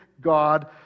God